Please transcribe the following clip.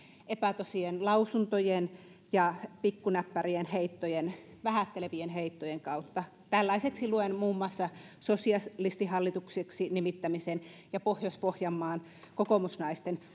epätosien lausuntojen ja pikkunäppärien heittojen vähättelevien heittojen kautta tällaiseksi luen muun muassa sosialistihallitukseksi nimittämisen ja pohjois pohjanmaan kokoomusnaisten